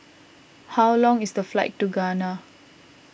how long is the flight to Ghana